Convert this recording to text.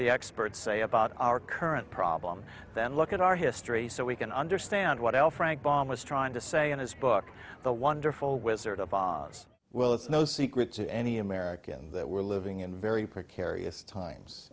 the experts say about our current problem then look at our history so we can understand what l frank bomb was trying to say in his book the wonderful wizard of oz well it's no secret to any americans that we're living in very precarious times